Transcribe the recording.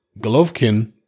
Golovkin